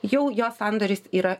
jau jo sandoris yra